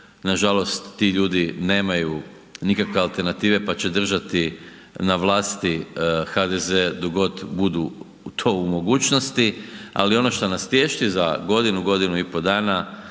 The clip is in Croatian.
nažalost, ti ljudi nemaju nikakve alternative, pa će držati na vlasti HDZ dok god budu to u mogućnosti, ali ono što nas tješi, za godinu, godinu i po dana,